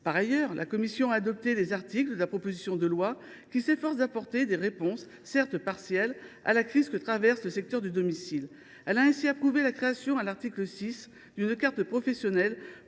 par ailleurs adopté les articles de la proposition de loi qui tentent d’apporter des réponses, certes partielles, à la crise que traverse le secteur du domicile. Elle a ainsi approuvé la création, à l’article 6, d’une carte professionnelle